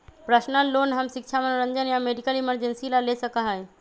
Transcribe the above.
personal loan हम शिक्षा मनोरंजन या मेडिकल इमरजेंसी ला ले सका ही